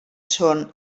són